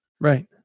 Right